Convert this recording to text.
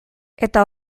eta